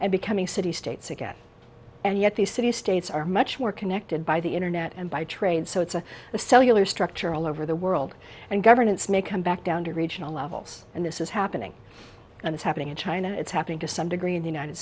and becoming cities states again and yet these cities states are much more connected by the internet and by trade so it's a cellular structure all over the world and governance may come back down to regional levels and this is happening and it's happening in china it's happening to some degree in the united